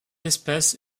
espèce